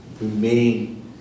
remain